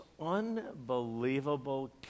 unbelievable